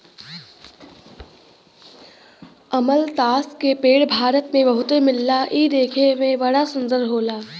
अमलतास के पेड़ भारत में बहुते मिलला इ देखे में बड़ा सुंदर होला